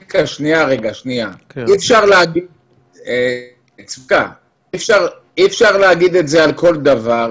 אי אפשר להגיד את זה על כל דבר.